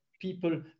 people